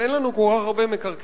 ואין לנו כל כך הרבה מקרקעין,